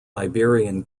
iberian